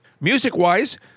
Music-wise